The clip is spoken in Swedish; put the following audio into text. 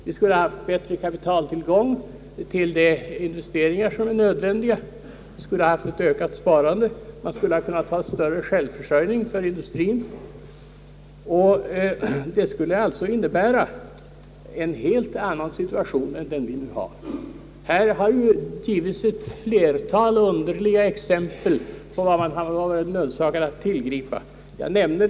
Vi skulle då haft bättre kapitaltillgång för de investeringar som är nödvändiga, vi skulle ha haft ett ökat sparande, vi skulle ha haft bättre möjligheter till självfinansiering för företagen, och allt detta skulle ha inneburit ett helt annat läge än det vi nu har. Här har angivits ett flertal exempel på tillfälliga åtgärder som man blivit nödsakad att tillgripa för att klara situationen.